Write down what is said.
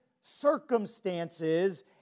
circumstances